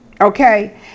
okay